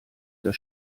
der